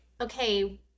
okay